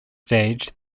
stage